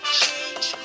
change